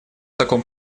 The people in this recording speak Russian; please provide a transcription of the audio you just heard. таком